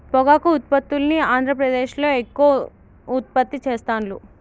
పొగాకు ఉత్పత్తుల్ని ఆంద్రప్రదేశ్లో ఎక్కువ ఉత్పత్తి చెస్తాండ్లు